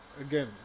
again